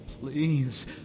Please